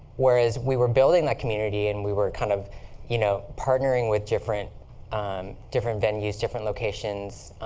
whereas we were building that community and we were kind of you know partnering with different um different venues, different locations.